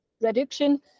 reduction